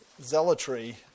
zealotry